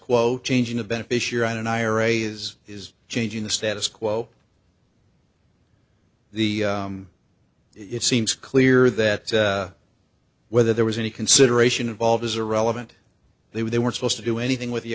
quo changing the beneficiary on an ira is is changing the status quo the it seems clear that whether there was any consideration of volved is irrelevant they were they weren't supposed to do anything with the